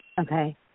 Okay